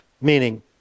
meaning